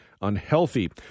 unhealthy